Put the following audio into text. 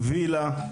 וילה,